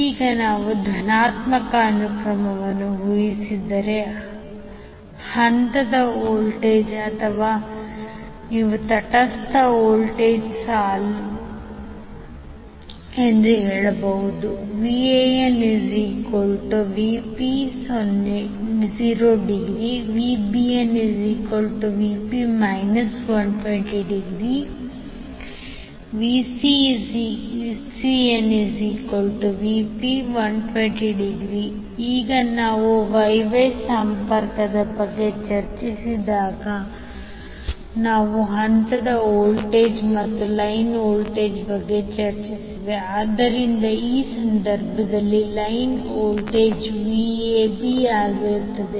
ಈಗ ನಾವು ಧನಾತ್ಮಕ ಅನುಕ್ರಮವನ್ನು ಊಹಿಸಿದರೆ ಹಂತದ ವೋಲ್ಟೇಜ್ ಅಥವಾ ನೀವು ತಟಸ್ಥ ವೋಲ್ಟೇಜ್ಗೆ ಸಾಲು ಎಂದು ಹೇಳಬಹುದು VanVp∠0° VbnVp∠ 120° VcnVp∠120° ಈಗ ನಾವು Y Y ಸಂಪರ್ಕದ ಬಗ್ಗೆ ಚರ್ಚಿಸಿದಾಗ ನಾವು ಹಂತದ ವೋಲ್ಟೇಜ್ ಮತ್ತು ಲೈನ್ ವೋಲ್ಟೇಜ್ ಬಗ್ಗೆ ಚರ್ಚಿಸಿದ್ದೇವೆ ಆದ್ದರಿಂದ ಈ ಸಂದರ್ಭದಲ್ಲಿ ಲೈನ್ ವೋಲ್ಟೇಜ್ Vab ಆಗಿರುತ್ತದೆ